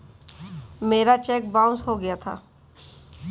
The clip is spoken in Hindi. मेरा चेक बाउन्स हो गया था